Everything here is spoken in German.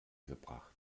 gebracht